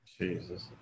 Jesus